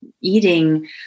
eating